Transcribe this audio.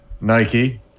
Nike